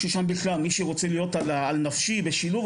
ששם מי שרוצה להיות על נפשי בשילוב,